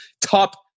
top